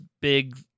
big